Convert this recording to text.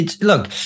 Look